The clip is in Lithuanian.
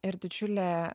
ir didžiulė